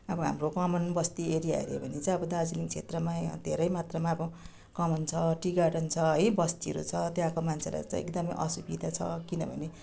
अब हाम्रो कमानबस्ती एरियाहरू हेऱ्यौं भने अब दार्जिलिङ क्षेत्रमा यहाँ धेरै मात्रामा अब कमान छ टी गार्डन छ है बस्तीहरू छ त्यहाँको मान्छेलाई चाहिँ एकदमै असुविधा छ किनभने